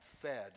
fed